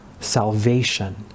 salvation